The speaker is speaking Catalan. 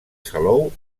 salou